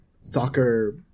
soccer